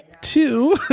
Two